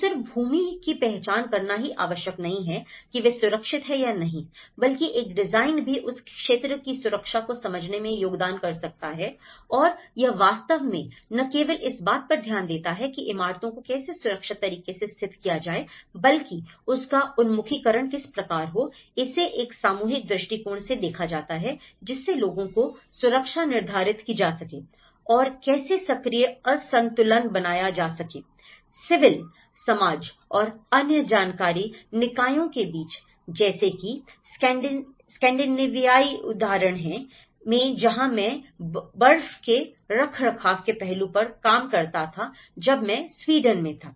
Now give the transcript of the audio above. तो सिर्फ भूमि की पहचान करना ही आवश्यक नहीं है कि वह सुरक्षित है या नहीं बल्कि एक डिजाइन भी उस क्षेत्र की सुरक्षा को समझने में योगदान कर सकता है और यह वास्तव में न केवल इस बात पर ध्यान देता है कि इमारत को कैसे सुरक्षित तरीके से स्थित किया जाए बल्कि उसका उन्मुखीकरण किस प्रकार हो इसे एक सामूहिक दृष्टिकोण से देखा जाता है जिससे लोगों की सुरक्षा निर्धारित की जा सकेI और कैसे सक्रिय असंतुलन बनाया जा सके सिविल समाज और अन्य सरकारी निकायों के बीच जैसे कि स्कैंडिनेवियाई उदाहरण में जहां मैं बर्फ के रखरखाव के पहलू पर काम करता था जब मैं स्वीडन में था